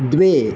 द्वे